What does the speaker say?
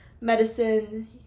medicine